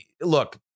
look